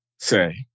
say